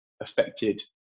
affected